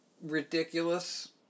ridiculous